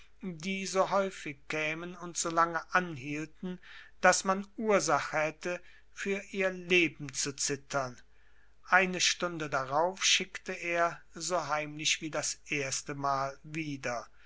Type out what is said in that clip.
die so häufig kämen und so lange anhielten daß man ursache hätte für ihr leben zu zittern eine stunde darauf schickte er so heimlich wie das erste mal wieder